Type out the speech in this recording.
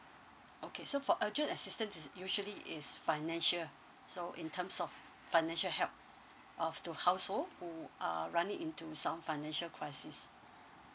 okay so for urgent assistance is usually is financial so in terms of financial help of to household who are running into some financial crisis